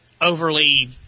overly